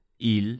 il